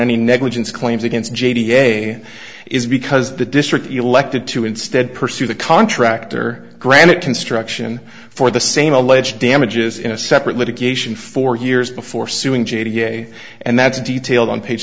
any negligence claims against g t a is because the district elected to instead pursue the contractor granite construction for the same alleged damages in a separate litigation for years before suing g a t a and that's a detail on page